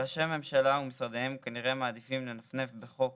שרי הממשלה ומשרדיהם כנראה מעדיפים לנפנף בחוק